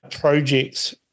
projects